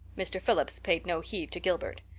mr. phillips paid no heed to gilbert.